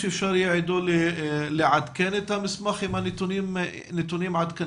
אפשר יהיה לעדכן את המסמך עם נתונים עדכניים?